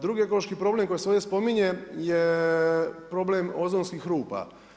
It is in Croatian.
Drugi ekološki problem koji se ovdje spominje je problem ozonskih rupa.